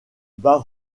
bas